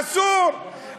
אסור,